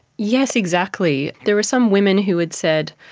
yes, exactly. there are some women who had said,